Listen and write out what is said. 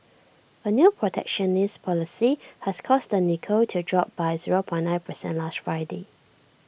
A new protectionist policy has caused the Nikkei to drop by zero point nine percent last Friday